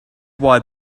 why